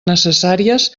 necessàries